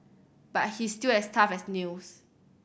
but he's still as tough as nails